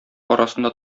арасында